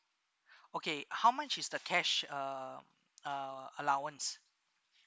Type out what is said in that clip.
okay how much is the cash uh uh allowance